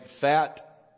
fat